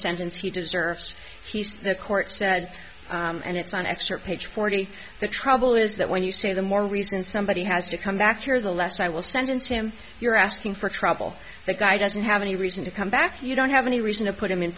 sentence he deserves he says the court said and it's an excerpt page forty the trouble is that when you say the more reason somebody has to come back here the less i will sentence him you're asking for trouble the guy doesn't have any reason to come back you don't have any reason to put him in